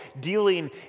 dealing